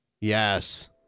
Yes